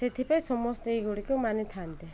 ସେଥିପାଇଁ ସମସ୍ତେ ଏଗୁଡ଼କୁ ମାନିଥାନ୍ତି